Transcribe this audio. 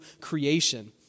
creation